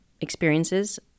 experiences